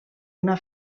una